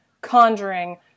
Conjuring